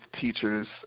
teachers